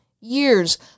years